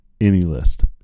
Anylist